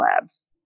labs